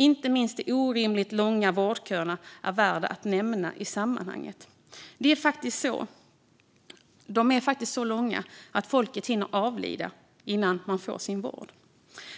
Inte minst är de orimligt långa vårdköerna värda att nämna i sammanhanget. De är faktiskt så långa att folk hinner avlida innan man får sin vård.